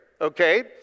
okay